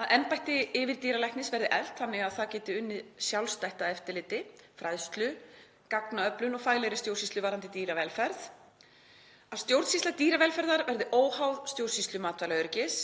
a. Embætti yfirdýralæknis verði eflt þannig að það geti unnið sjálfstætt að eftirliti, fræðslu, gagnaöflun og faglegri stjórnsýslu varðandi dýravelferð. b. Stjórnsýsla dýravelferðar verði óháð stjórnsýslu matvælaöryggis.